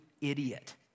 idiot